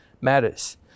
matters